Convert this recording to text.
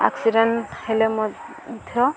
accident ହେଲେ ମଧ୍ୟ